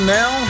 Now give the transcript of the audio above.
now